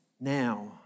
now